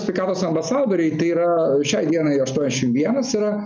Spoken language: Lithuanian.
sveikatos ambasadoriai yra šiai dienai aštuoniasdešim vienas yra